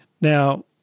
Now